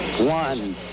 one